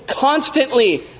constantly